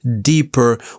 deeper